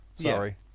Sorry